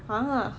!huh!